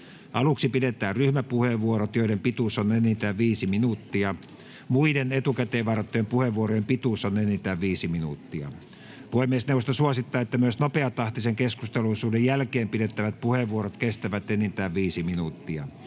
Aluksi pidetään ryhmäpuheenvuorot, joiden pituus on enintään 5 minuuttia. Muiden etukäteen varattujen puheenvuorojen pituus on enintään 5 minuuttia. Puhemiesneuvosto suosittaa, että myös nopeatahtisen keskusteluosuuden jälkeen pidettävät puheenvuorot kestävät enintään 5 minuuttia.